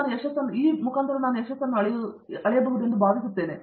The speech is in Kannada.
ನೀವು ಯಶಸ್ಸನ್ನು ಅಳೆಯುವೆನೆಂದು ನಾನು ಭಾವಿಸುತ್ತೇನೆ